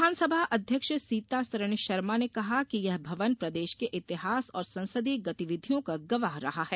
विधानसभा अध्यक्ष सीतासरन शर्मा ने कहा कि यह भवन प्रदेश के इतिहास और संसदीय गतिविधियों का गवाह रहा है